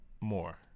more